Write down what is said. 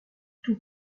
tout